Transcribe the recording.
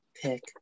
pick